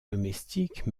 domestiques